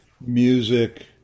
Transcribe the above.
music